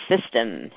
system